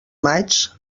maigs